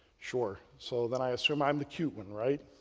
sure. so then i assume i'm the cute one, right?